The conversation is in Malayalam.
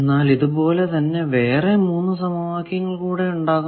എന്നാൽ ഇതുപോലെ തന്നെ വേറെ 3 സമവാക്യങ്ങൾ കൂടെ ഉണ്ടാകും